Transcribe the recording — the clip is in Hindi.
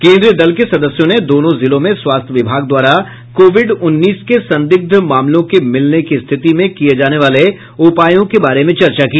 केन्द्रीय दल के सदस्यों ने दोनों जिलों में स्वास्थ्य विभाग द्वारा कोविड उन्नीस के संदिग्ध मामलों के मिलने की स्थिति में किए जाने वाले उपायों के बारे में चर्चा की